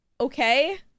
okay